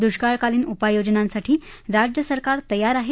दुष्काळकालीन उपाययोजनांसाठी राज्य सरकार तयार आहे